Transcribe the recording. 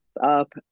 up